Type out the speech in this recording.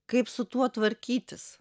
kaip su tuo tvarkytis